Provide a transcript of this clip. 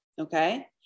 okay